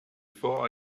before